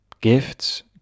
gifts